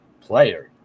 player